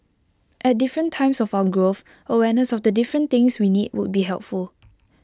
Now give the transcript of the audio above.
at different times of our growth awareness of the different things we need would be helpful